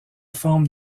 forme